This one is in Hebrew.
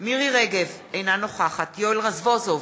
מירי רגב, אינה נוכחת יואל רזבוזוב,